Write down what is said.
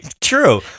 true